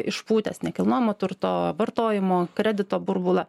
išpūtęs nekilnojamo turto vartojimo kredito burbulą